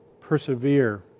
persevere